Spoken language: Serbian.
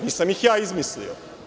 Nisam ih ja izmislio.